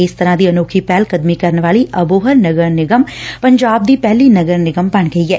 ਇਸ ਤਰਾ ਦੀ ਅਨੋਖੀ ਪਹਿਲ ਕਦਮੀ ਕਰਨ ਵਾਲੀ ਅਬੋਹਰ ਨਗਰ ਨਿਗਮ ਪੰਜਾਬ ਦੀ ਪਹਿਲੀ ਨਗਰ ਨਿਗਮ ਬਣ ਗਈ ਐ